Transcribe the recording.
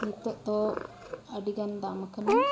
ᱱᱤᱛᱳᱜ ᱫᱚ ᱟᱹᱰᱤᱜᱟᱱ ᱫᱟᱢ ᱠᱟᱱᱟ